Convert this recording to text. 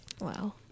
Wow